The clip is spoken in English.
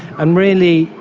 and really,